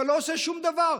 אתה לא עושה שום דבר.